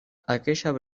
aquella